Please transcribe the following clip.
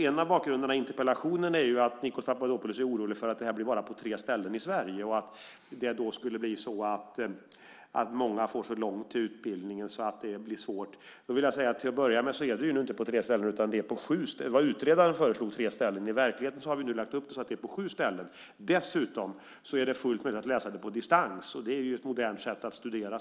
En av bakgrunderna till interpellationen är att Nikos Papadopoulos är orolig för att utbildningen kommer att ske på bara tre ställen i Sverige och att många då skulle få så långt till utbildningen att det blir svårt för dem att genomföra den. Till att börja med finns inte utbildningen på tre ställen utan på sju. Utredaren föreslog tre ställen. I verkligheten har vi nu lagt upp den på ett sådant sätt att den är på sju ställen. Dessutom är det fullt möjligt att läsa på distans, vilket är ett modernt sätt att studera.